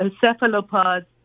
cephalopods